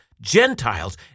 Gentiles